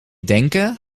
denken